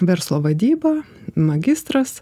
verslo vadyba magistras